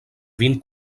vin